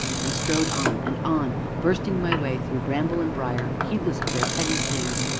and strode on and on, bursting my way through bramble and briar, heedless of their petty stings,